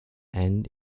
and